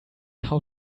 how